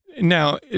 Now